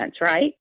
right